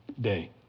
day